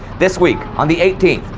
this week, on the eighteenth,